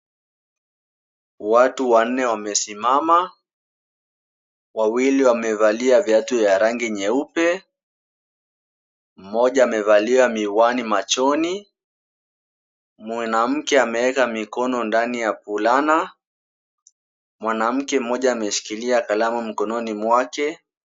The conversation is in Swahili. Watu wanne wamesimama. Wawili wamevalia viatu ya rangi nyeupe. Mmoja amevalia miwani machoni. Mwanamke ameweka mikono ndani ya fulana. Mwanamke mmoja ameshikilia kalamu mkononi mwake.